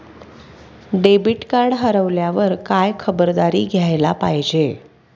Debit card हरवल्यावर काय खबरदारी घ्यायला पाहिजे?